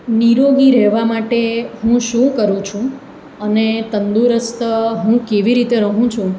નિરોગી રહેવા માટે હું શું કરું છું અને તંદુરસ્ત હું કેવી રીતે રહું છું